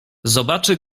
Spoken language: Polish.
zobaczy